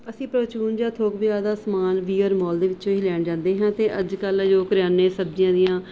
ਅਸੀਂ ਪਰਚੂਨ ਜਾਂ ਥੋਕ ਬਜ਼ਾਰ ਦਾ ਸਮਾਨ ਵੀ ਆਰ ਮੋਲ ਦੇ ਵਿੱਚੋਂ ਹੀ ਲੈਣ ਜਾਂਦੇ ਹਾਂ ਅਤੇ ਅੱਜ ਕੱਲ ਜੋ ਕਰਿਆਨੇ ਸਬਜ਼ੀਆਂ ਦੀਆਂ